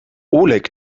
oleg